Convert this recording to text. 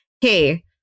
hey